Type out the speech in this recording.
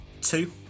Two